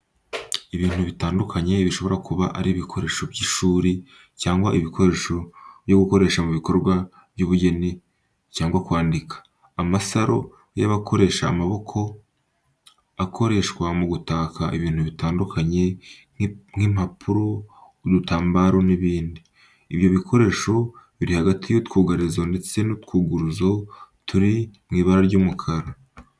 Ibintu bitandukanye bishobora kuba ari ibikoresho by’ishuri cyangwa ibikoresho byo gukoresha mu bikorwa by'ubugeni cyangwa kwandika. Amasaro y’abakoresha amaboko akoreshwa mu gukata ibintu bitandukanye nk’impapuro, udutambaro n’ibindi. Ibyo bikoresho biri hagati y'utwugarizo ndetse n'utwuguruzo turi mu ibara ry'umukara.